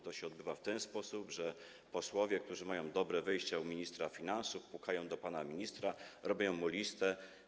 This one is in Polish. To się odbywa w ten sposób, że posłowie, którzy mają dobre wejścia u ministra finansów, pukają do pana ministra, robią mu listę.